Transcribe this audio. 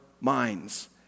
minds